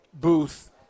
booth